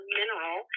mineral